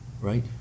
right